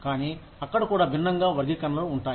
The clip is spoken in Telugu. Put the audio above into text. కానీ అక్కడ కూడా భిన్నంగా వర్గీకరణలు ఉంటాయి